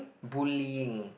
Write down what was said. bullying